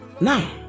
now